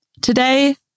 today